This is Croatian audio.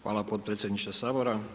Hvala potpredsjedniče Sabora.